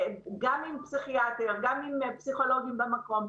גם עם פסיכיאטר ופסיכולוגים שיהיו במקום,